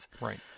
Right